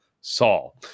Saul